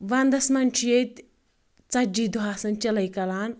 ونٛدس منٛز چُھ یَتہٕ ژتجی دۄہ آسان چِلَے کلان